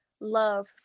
love